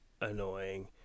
annoying